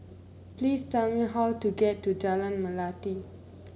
please tell me how to get to Jalan Melati